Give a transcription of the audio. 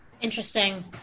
Interesting